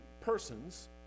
persons